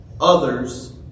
Others